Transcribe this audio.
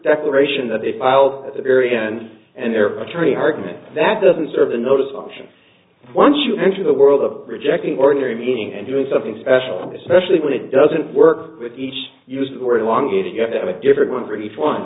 declaration that they file the very end and their attorney argument that doesn't serve a notice on them once you enter the world of rejecting ordinary meaning and doing something special and especially when it doesn't work with each use word along it you have to have a different one for each one